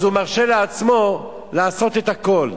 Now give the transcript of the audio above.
אז הוא מרשה לעצמו לעשות את הכול.